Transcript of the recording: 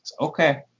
okay